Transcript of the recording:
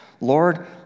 Lord